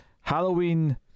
Halloween